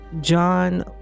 John